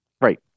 Right